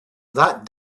that